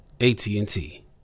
AT&T